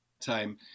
time